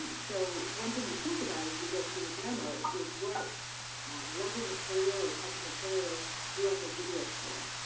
so one thing to think about as we go through the demos is what level material or type of material you want videos for.